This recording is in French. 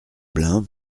blein